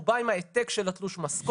הוא בא עם העתק של תלוש המשכורת.